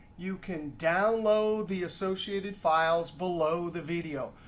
you can download the associated files below the video.